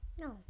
No